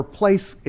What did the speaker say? place